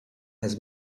his